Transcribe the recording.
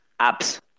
apps